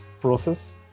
process